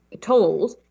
told